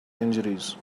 injuries